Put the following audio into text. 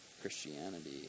Christianity